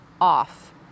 off